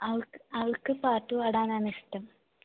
അവൾക്ക് അവൾക്ക് പാട്ടുപാടാനാണ് ഇഷ്ടം